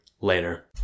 later